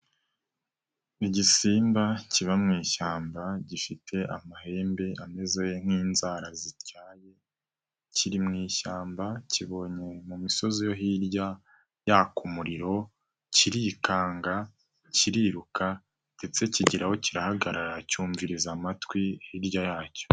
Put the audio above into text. Igisimba kiba mu ishyamba gifite amahembe ameze nk'inzara zityaye, kiri mu ishyamba, kibonye mu misozi yo hirya yaka umuriro kirikanga, kiriruka ndetse kigeraho kirahagarara cyumviriza amatwi hirya yacyo.